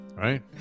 Right